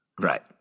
Right